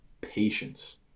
patience